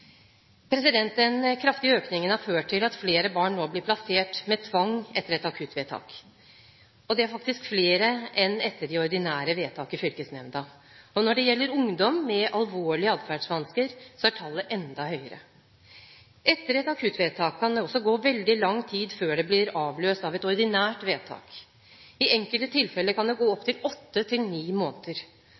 Den kraftige økningen har ført til at flere barn nå blir plassert med tvang etter et akuttvedtak, faktisk flere enn etter de ordinære vedtak i fylkesnemnda. Når det gjelder ungdom med alvorlige atferdsvansker, er tallet enda høyere. Etter et akuttvedtak kan det også gå veldig lang tid før det blir avløst av et ordinært vedtak. I enkelte tilfeller kan det gå opptil åtte til ni måneder.